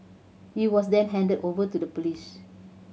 he was then handed over to the police